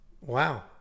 Wow